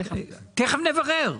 תכף נברר.